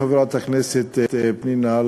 חברת הכנסת פנינה,